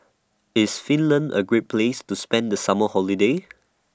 IS Finland A Great Place to spend The Summer Holiday